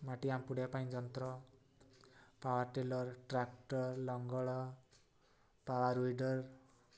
ମାଟି ଆମ୍ପୁଡ଼ିଆ ପାଇଁ ଯନ୍ତ୍ର ପାୱାରଟିଲର୍ ଟ୍ରାକ୍ଟର୍ ଲଙ୍ଗଳ ପାୱାର୍ ୱିଡର୍